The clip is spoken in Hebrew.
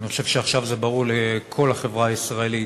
אני חושב שעכשיו זה ברור לכל החברה הישראלית,